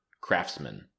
Craftsman